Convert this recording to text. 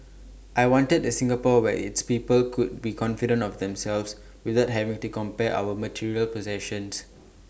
I wanted A Singapore where its people could be confident of themselves without having to compare our material possessions